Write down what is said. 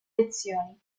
lezioni